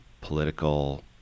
political